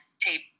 tape